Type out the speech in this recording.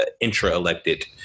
intra-elected